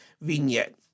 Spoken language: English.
vignette